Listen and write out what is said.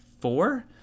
four